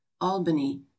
albany